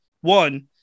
One